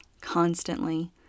constantly